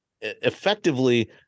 effectively